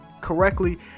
correctly